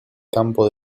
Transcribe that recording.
campo